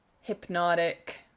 hypnotic